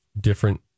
different